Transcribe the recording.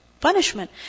Punishment